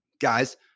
Guys